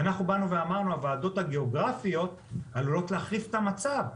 ואנחנו אמרנו הוועדות הגיאוגרפיות עלולות להחריף את המצב,